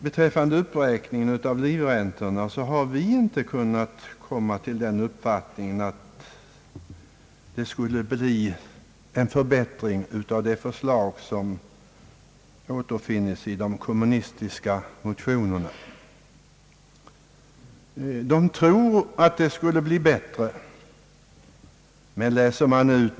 Beträffande uppräkningen av livräntorna vill jag säga till herr Werner att vi inte kunnat komma till den uppfattningen att det förslag som återfinns i de kommunistiska motionerna skulle innebära en förbättring.